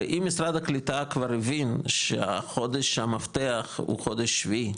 הרי אם משרד הקליטה כבר הבין שהחודש המפתח הוא חודש שביעי,